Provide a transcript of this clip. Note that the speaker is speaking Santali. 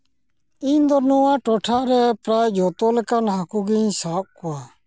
ᱤᱧ ᱫᱚ ᱱᱚᱣᱟ ᱴᱚᱴᱷᱟ ᱨᱮ ᱯᱨᱟᱭ ᱡᱚᱛᱚ ᱞᱮᱠᱟᱱ ᱦᱟᱹᱠᱩ ᱜᱤᱧ ᱥᱟᱵ ᱠᱚᱣᱟ